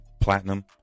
platinum